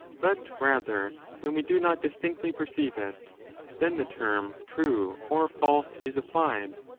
but rather when we do not distinctly perceive it then the term true or false is applied.